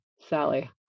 sally